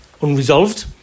unresolved